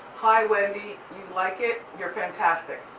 hi wendy, you like it? you're fantastic,